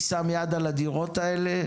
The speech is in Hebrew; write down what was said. מי שם יד על הדירות האלה?